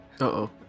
Uh-oh